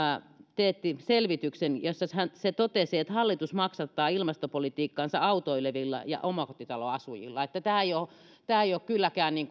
teetti selvityksen jossa se totesi että hallitus maksattaa ilmastopolitiikkansa autoilevilla ja omakotitaloasujilla niin että tämä ei ole kylläkään niin